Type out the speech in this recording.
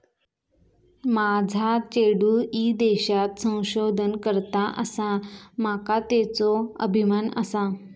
माझा चेडू ईदेशात संशोधन करता आसा, माका त्येचो अभिमान आसा